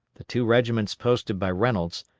the two regiments posted by reynolds,